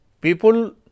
People